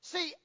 See